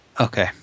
okay